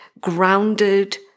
grounded